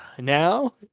Now